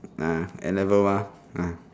nah N level mah ah